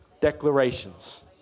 declarations